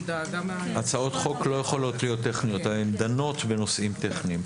הצעות חוק לא יכולות להיות טכניות אבל הן דנות בנושאים טכניים.